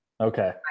Okay